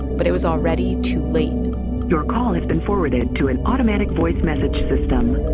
but it was already too late your call has been forwarded to an automatic voice message system